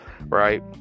Right